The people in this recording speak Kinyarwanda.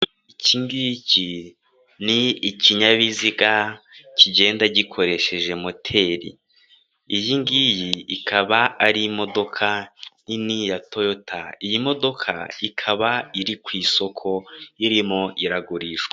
Ikingiki ni ikinyabiziga kigenda gikoresheje moteri. Iyi ngiyi ikaba ari imodoka nini ya toyota, iyi modoka ikaba iri ku isoko irimo iragurishwa.